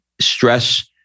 stress